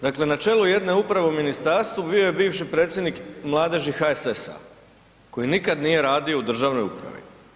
Dakle, na čelu jedne uprave u ministarstvu bio je bivši predsjednik mladeži HSS-a koji nikad nije radio u državnoj upravi.